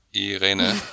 Irene